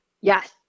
Yes